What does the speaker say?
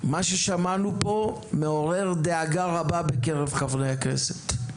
מה ששמענו פה מעורר דאגה רבה בקרב חברי הכנסת.